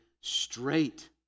straight